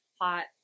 hot